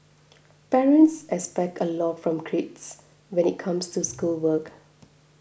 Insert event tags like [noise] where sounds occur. parents expect a lot from [unintelligible] when it comes to schoolwork